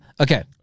Okay